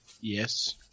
Yes